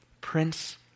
Prince